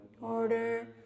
order